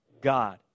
God